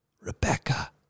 Rebecca